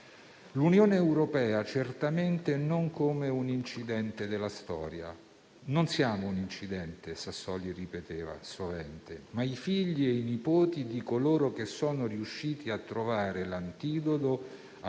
L'Unione europea certamente non come un incidente della storia: non siamo un incidente - Sassoli ripeteva sovente - «ma figli e nipoti di coloro che sono riusciti a trovare l'antidoto a quella